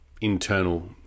internal